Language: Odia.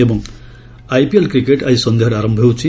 ଏବଂ ଆଇପିଏଲ୍ କ୍ରିକେଟ୍ ଆଜି ସନ୍ଧ୍ୟାରେ ଆରମ୍ଭ ହେଉଛି